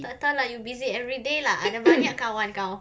tak tahu lah you busy every day lah ada banyak kawan kau